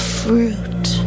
fruit